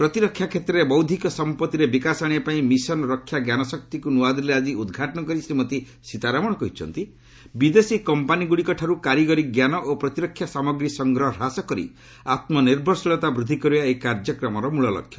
ପ୍ରତିରକ୍ଷା କ୍ଷେତ୍ରରେ ବୌଦ୍ଧିକ ସମ୍ପଭିରେ ବିକାଶ ଆଣିବା ପାଇଁ ମିଶନ୍ ରକ୍ଷା ଜ୍ଞାନଶକ୍ତିକୁ ନୂଆଦିଲ୍ଲୀରେ ଆଜି ଉଦ୍ଘାଟନ କରି ଶ୍ରୀମତୀ ସୀତାରମଣ କହିଛନ୍ତି ବିଦେଶୀ କମ୍ପାନୀଗୁଡ଼ିକ ଠାରୁ କାରିଗରିଜ୍ଞାନ ଓ ପ୍ରତିରକ୍ଷା ସାମଗ୍ରୀ ସଂଗ୍ରହ ହ୍ରାସ କରି ଆତ୍କ ନିର୍ଭରଶୀଳତା ବୃଦ୍ଧି କରିବା ଏହି କାର୍ଯ୍ୟକ୍ରମର ମୃଳ ଲକ୍ଷ୍ୟ